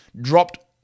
dropped